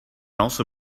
also